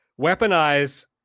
weaponize